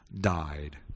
died